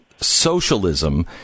socialism